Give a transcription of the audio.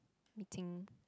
meeting